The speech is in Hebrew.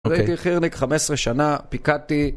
הייתי חי"רניק חמש עשרה שנה, פיקדתי.